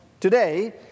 today